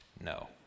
no